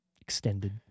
extended